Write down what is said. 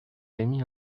émis